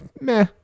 meh